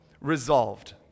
Resolved